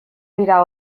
dira